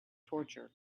torture